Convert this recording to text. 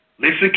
Listen